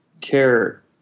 care